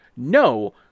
No